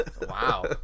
Wow